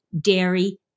dairy